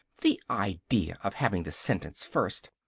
the idea of having the sentence first!